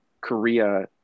Korea